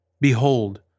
Behold